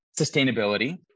sustainability